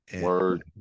Word